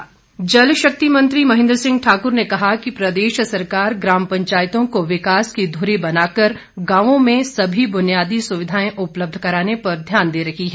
महेंद्र सिंह जल शक्ति मंत्री महेंद्र सिंह ठाक्र ने कहा कि प्रदेश सरकार ग्राम पंचायतों को विकास की ध्री बनाकर गावों में सभी बुनियादी सुविधाएं उपलब्ध कराने पर ध्यान दे रही है